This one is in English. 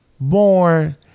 born